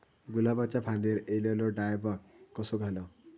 गुलाबाच्या फांदिर एलेलो डायबॅक कसो घालवं?